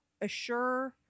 Assure